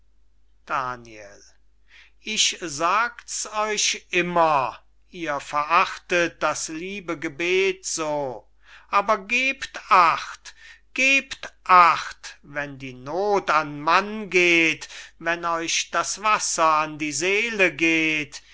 daniel ich sagt's euch immer ihr verachtet das liebe gebet so aber gebt acht gebt acht wenn die noth an mann geht wenn euch das wasser an die seele geht